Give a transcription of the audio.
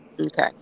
Okay